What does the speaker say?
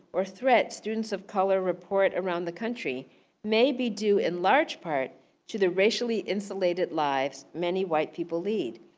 or threats students of color report around the country may be due in large part to the racially insulated lives many white people lead.